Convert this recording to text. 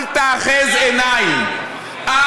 אל תאחז עיניים.